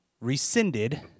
rescinded